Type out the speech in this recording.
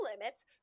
limits